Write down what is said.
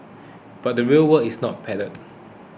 but the real world is not padded